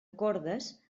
cordes